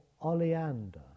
oleander